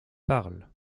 parle